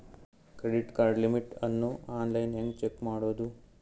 Credit card limit ಅನ್ನು online ಹೆಂಗ್ check ಮಾಡೋದು?